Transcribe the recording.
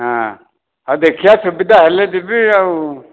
ହଁ ହଉ ଦେଖିଆ ସୁବିଧା ହେଲେ ଯିବି ଆଉ